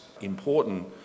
important